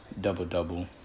double-double